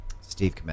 Steve